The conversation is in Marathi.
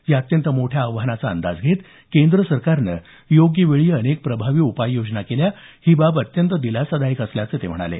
या अत्यंत मोठ्या आव्हानाचा अंदाज घेत केंद्र सरकारनं योग्य वेळी अनेक प्रभावी उपाययोजना केल्या ही बाब अत्यंत दिलासादायक असल्याचं ते म्हणाले